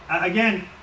again